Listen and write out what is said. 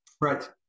Right